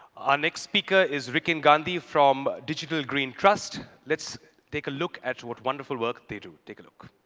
our next speaker is rikin ghandi from digital green trust. let's take a look at what wonderful work they do. take a look.